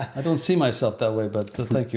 i don't see myself that way, but thank you.